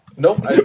Nope